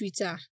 Twitter